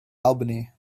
albany